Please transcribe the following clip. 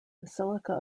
basilica